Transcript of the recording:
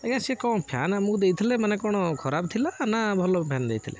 ଆଜ୍ଞା ସେ କ'ଣ ଫ୍ୟାନ୍ ଆମକୁ ଦେଇଥିଲେ ମାନେ କ'ଣ ଖରାପ ଥିଲା ନା ଭଲ ଫ୍ୟାନ୍ ଦେଇଥିଲେ